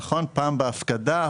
פעם אחת בהפקדה,